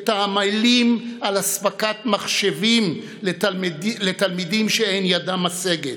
את העמלים על אספקת מחשבים לתלמידים שאין ידם משגת,